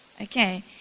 Okay